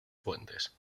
fuentes